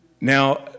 Now